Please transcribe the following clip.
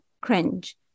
cringe